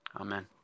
Amen